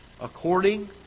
According